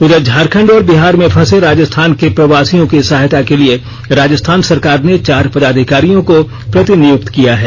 उधर झारखंड और बिहार में फंसे राजस्थान के प्रवासियों की सहायता के लिए राजस्थान सरकार ने चार पदाधिकारियों को प्रतिनियुक्त किया है